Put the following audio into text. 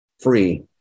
free